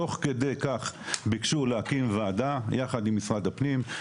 תוך כדי כך ביקשו להקים ועדה יחד עם משרד הפנים,